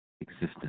existence